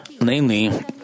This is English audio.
Namely